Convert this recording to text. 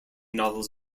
novels